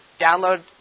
download